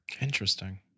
Interesting